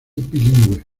bilingüe